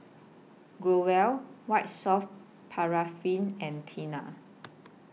Growell White Soft Paraffin and Tena